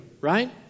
right